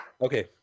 Okay